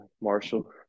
Marshall